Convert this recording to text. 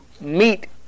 meet